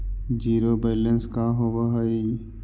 Zero balance का होव हइ?